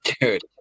Dude